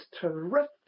terrific